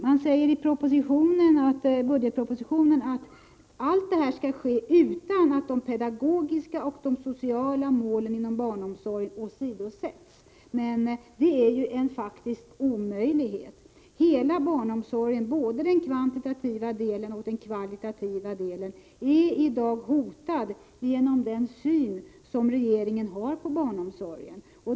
Man säger vid budgetpropositionen att allt detta skall ske utan att de pedagogiska och sociala målen inom barnomsorgen åsidosätts. Men det är en faktisk omöjlighet. Hela barnomsorgen är i dag, både kvantitativt och kvalitativt, hotad genom regeringens syn på barnomsorgen.